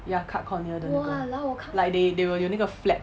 ya cut cornea 的那个 like they they will 有那个 flap